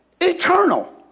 eternal